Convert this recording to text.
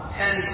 ten